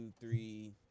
three